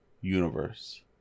universe